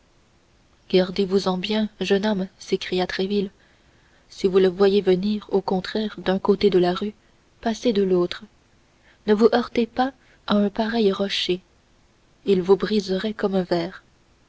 gardez-vous-en bien jeune homme s'écria tréville si vous le voyez venir au contraire d'un côté de la rue passez de l'autre ne vous heurtez pas à un pareil rocher il vous briserait comme un verre